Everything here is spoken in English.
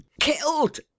Killed